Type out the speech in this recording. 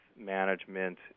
management